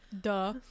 Duh